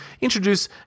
introduce